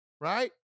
right